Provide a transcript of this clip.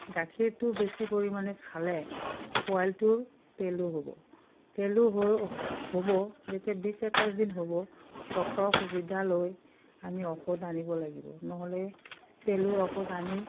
গাখীৰটো বেছি পৰিমাণে খালে পোৱালিটোৰ পেলু হ'ব পেলু হৰ হ'ব যেতিয়া বিছ একৈছ দিন হ'ব ডক্টৰৰ সুবিধা লৈ আমি ঔষধ আনিব লাগিব নহ'লে পেলুৰ ঔষধ আনি